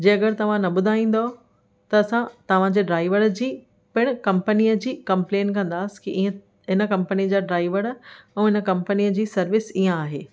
जे अॻरि तव्हां न ॿुधाइंदव त असां तव्हांजे ड्राईवर जी पिणि कंपनीअ जी कम्लेन कंदासीं इहा हिन कंपनी जा ड्राईवर ऐं हिन कंपनीअ जी सर्विस इअं आहे